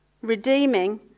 Redeeming